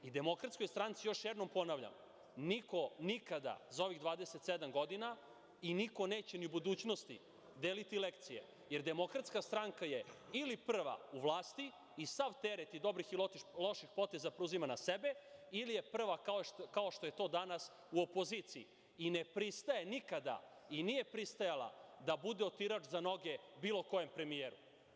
Demokratskoj stranci još jednom ponavljam, niko nikada za ovih 27 godina i niko neće ni u budućnosti deliti lekcije, jer DS je ili prva u vlasti i sav teret dobrih i loših poteza preuzima na sebe ili je prva, kao što je to danas, u opoziciji i ne pristaje nikada i nije pristajala da bude otirač za noge bilo kojem premijeru.